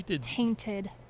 tainted